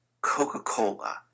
Coca-Cola